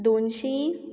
दोनशीं